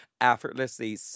effortlessly